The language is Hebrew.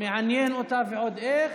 זה מעניין אותה ועוד איך.